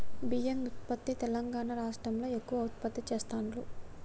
బియ్యం ఉత్పత్తి తెలంగాణా రాష్ట్రం లో ఎక్కువ ఉత్పత్తి చెస్తాండ్లు